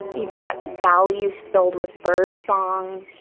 you've got valleys filled with bird song